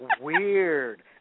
weird